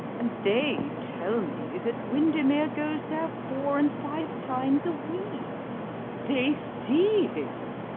and they tell me that windermere goes there four and five times a week they see him.